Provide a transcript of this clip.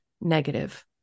negative